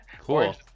Cool